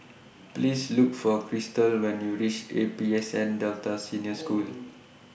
Please Look For Christel when YOU REACH A P S N Delta Senior School